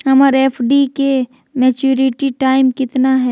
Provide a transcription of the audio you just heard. हमर एफ.डी के maturity time कितना है?